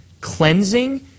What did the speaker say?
cleansing